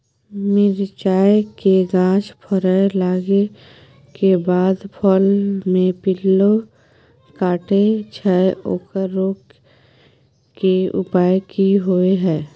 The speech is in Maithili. मिरचाय के गाछ फरय लागे के बाद फल में पिल्लू काटे छै ओकरा रोके के उपाय कि होय है?